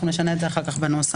אנחנו נשנה את זה אחר כך בנוסח?